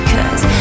Cause